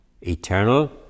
Eternal